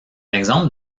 exemple